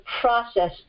process